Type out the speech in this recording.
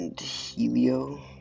Helio